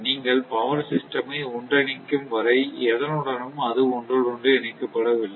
நீங்கள் power system ஐ ஒன்றிணைக்கும் வரை எதனுடனும் அது ஒன்றோடொன்று இணைக்கப்படவில்லை